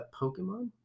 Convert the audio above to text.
Pokemon